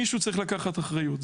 מישהו צריך לקחת אחריות.